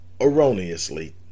erroneously